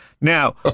Now